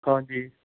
ਹਾਂਜੀ